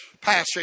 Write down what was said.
passage